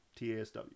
TASW